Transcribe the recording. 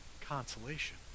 consolation